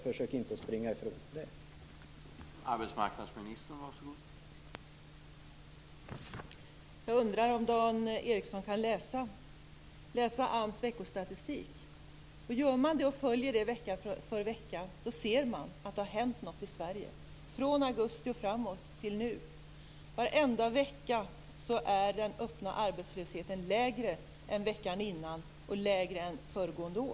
Försök inte springa ifrån det!